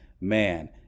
Man